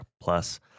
Plus